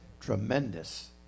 tremendous